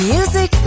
Music